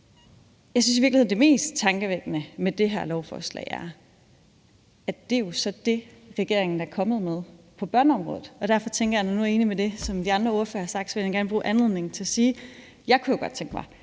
det mest tankevækkende med det her lovforslag er, at det er jo så er det, regeringen er kommet med på børneområdet. Derfor tænker jeg, at når jeg nu er enig i det, de andre ordførere sagt, vil jeg gerne bruge anledningen til at sige, at jeg godt kunne tænke mig,